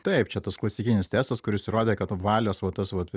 taip čia tas klasikinis testas kuris įrodė kad valios va tas vat